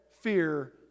fear